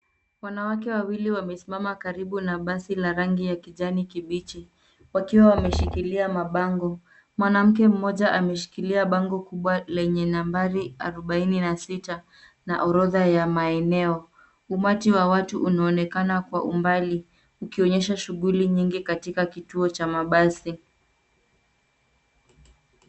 Wanawake wawili wamesimama karibu na basi la rangi ya kijani kibichi wakiwa wameshikilia mabango. Mwanamke mmoja ameshikilia bango kubwa lenye nambari arobaini na sita na orodha ya maeneo. Umati wa watu unaonekana kwa umbali, ukionyesha shughuli nyingi katika kituo cha mabasi.